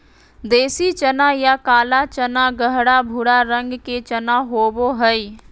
देसी चना या काला चना गहरा भूरा रंग के चना होबो हइ